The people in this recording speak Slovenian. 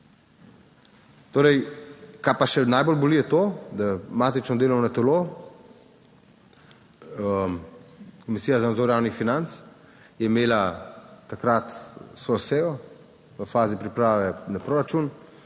Nisi. Kar pa še najbolj boli, je to, da matično delovno telo, Komisija za nadzor javnih financ je imela takrat vso sejo v fazi priprave na proračun